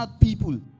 people